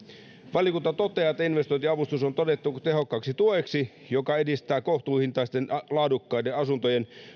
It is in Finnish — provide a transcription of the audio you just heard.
valiokunta toteaa että investointiavustus on todettu tehokkaaksi tueksi joka edistää kohtuuhintaisten laadukkaiden asuntojen